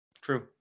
True